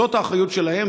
זאת האחריות שלהם,